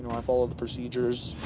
i follow the procedures.